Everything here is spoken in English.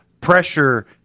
pressure